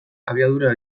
abiadura